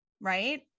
right